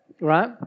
Right